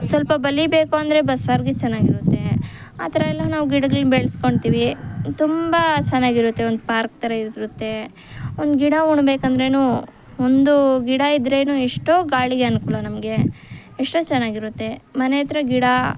ಸ್ವಲ್ಪ ಬಲಿಬೇಕು ಅಂದರೆ ಬಸ್ಸಾರಿಗೆ ಚೆನ್ನಾಗಿರುತ್ತೆ ಆ ಥರಯೆಲ್ಲ ನಾವು ಗಿಡಗಳ್ನ ಬೆಳ್ಸ್ಕೊಳ್ತೀವಿ ತುಂಬ ಚೆನ್ನಾಗಿರುತ್ತೆ ಒಂದು ಪಾರ್ಕ್ ಥರ ಇರುತ್ತೆ ಒಂದು ಗಿಡ ಉಣ್ಬೇಕಂದ್ರೂ ಒಂದು ಗಿಡ ಇದ್ರೂ ಎಷ್ಟೋ ಗಾಳಿ ಅನುಕೂಲ ನಮಗೆ ಎಷ್ಟೋ ಚೆನ್ನಾಗಿರುತ್ತೆ ಮನೆ ಹತ್ರ ಗಿಡ